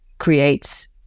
creates